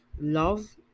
love